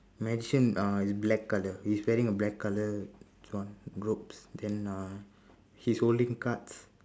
magician uh is black colour he's wearing a black colour robes then uh he's holding cards